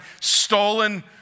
stolen